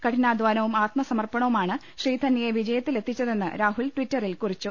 കഠിനാധാനവും ആത്മ സമർപ്പണവുമാണ് ശ്രീധന്യയെ വിജയത്തിലെത്തിച്ചതെന്ന് രാഹുൽ ട്ടിറ്ററിൽ കുറിച്ചു